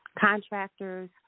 contractors